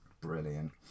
brilliant